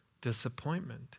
Disappointment